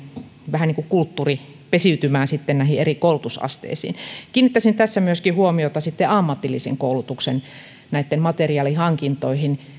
vähän niin kuin kulttuuri pesiytymään näihin eri koulutusasteisiin kiinnittäisin tässä myöskin huomiota ammatillisen koulutuksen materiaalihankintoihin